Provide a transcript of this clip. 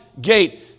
gate